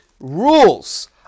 rules